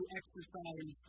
exercise